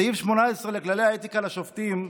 סעיף 18 לכללי האתיקה לשופטים,